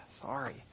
Sorry